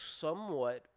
somewhat